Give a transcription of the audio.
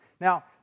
Now